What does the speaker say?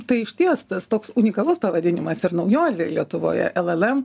tai išties tas toks unikalus pavadinimas ir naujovė lietuvoje llm